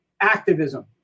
activism